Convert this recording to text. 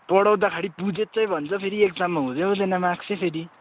पढाउँदाखेरि बुझेँ चाहिँ भन्छ भन्छ फेरि एक्जाममा हुँदै हुँदैन मार्क्स चाहिँ फेरि